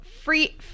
Free